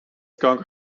kanker